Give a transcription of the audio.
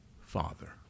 father